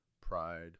pride